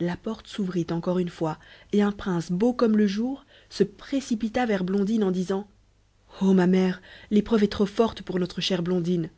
la porte s'ouvrit encore une fois et un prince beau comme le jour se précipita vers blondine en disant oh ma mère l'épreuve est trop forte pour notre chère blondine